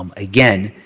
um again,